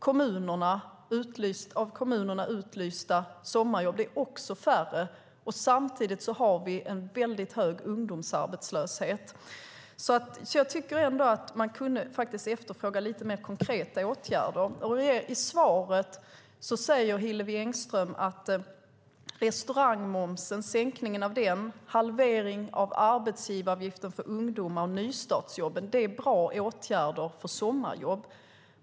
De av kommunerna utlysta sommarjobben är också färre. Samtidigt har vi en hög ungdomsarbetslöshet. Jag tycker att man kan efterfråga lite fler konkreta åtgärder. I sitt svar sade Hillevi Engström att sänkningen av restaurangmomsen, halveringen av arbetsgivaravgiften för ungdomar och nystartsjobben är bra åtgärder för att skapa sommarjobb.